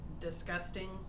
disgusting